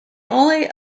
only